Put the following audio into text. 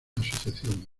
asociación